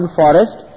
forest